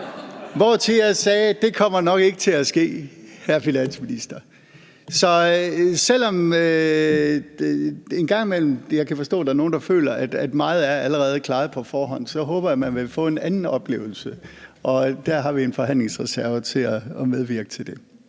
hvortil jeg sagde: Det kommer nok ikke til at ske, hr. finansminister. Så selv om jeg kan forstå, at der er nogle, der en gang imellem føler, at meget allerede er klaret på forhånd, så håber jeg, at man vil få en anden oplevelse, og der har vi en forhandlingsreserve til at medvirke til det.